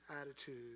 attitude